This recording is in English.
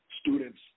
students